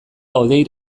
hodei